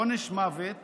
עונש מוות